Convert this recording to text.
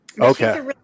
Okay